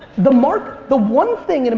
the market, the one thing, and